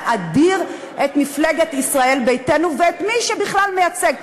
להדיר את מפלגת ישראל ביתנו ואת מי שבכלל מייצג.